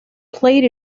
played